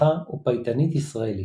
מנחה ופייטנית ישראלית.